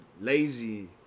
lazy